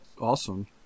awesome